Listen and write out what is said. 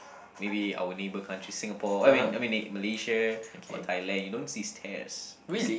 maybe our neighbor countries Singapore I mean I mean in Malaysia or Thailand you don't see stairs we see